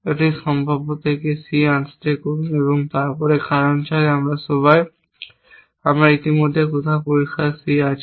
একটি সম্ভাব্য থেকে C আনস্ট্যাক করুন এবং তারপরে কারণ আমরা সবাই আমরা ইতিমধ্যে কোথাও পরিষ্কার C আছে